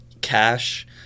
cash